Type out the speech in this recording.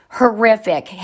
horrific